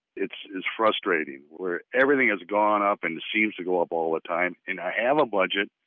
it's it's frustrating, where everything has gone up and seems to go up all the time. and i have a budget,